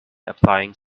applying